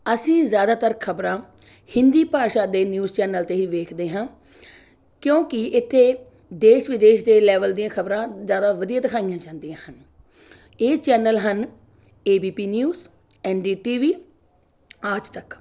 ਅਸੀਂ ਜ਼ਿਆਦਾਤਰ ਖਬਰਾਂ ਹਿੰਦੀ ਭਾਸ਼ਾ ਦੇ ਨਿਊਜ਼ ਚੈਨਲ 'ਤੇ ਹੀ ਵੇਖਦੇ ਹਾਂ ਕਿਉਂਕਿ ਇੱਥੇ ਦੇਸ਼ ਵਿਦੇਸ਼ ਦੇ ਲੈਵਲ ਦੀਆਂ ਖਬਰਾਂ ਜ਼ਿਆਦਾ ਵਧੀਆ ਦਿਖਾਈਆਂ ਜਾਂਦੀਆਂ ਹਨ ਇਹ ਚੈਨਲ ਹਨ A B P news N D T V Aaj ਤੱਕ